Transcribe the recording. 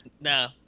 No